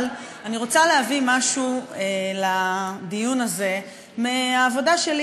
אבל אני רוצה להביא משהו לדיון הזה מהעבודה שלי